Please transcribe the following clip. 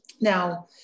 Now